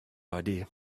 idea